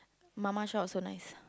mama shop also nice ah